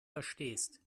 verstehst